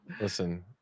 Listen